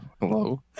Hello